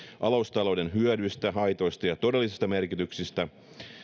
alustatalouden hyödyistä haitoista ja todellisista merkityksistä